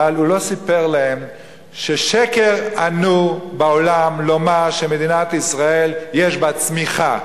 אבל הוא לא סיפר להם ששקר ענו בעולם לומר שמדינת ישראל יש בה צמיחה.